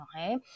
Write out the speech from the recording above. Okay